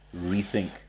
rethink